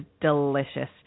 delicious